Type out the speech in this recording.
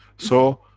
so,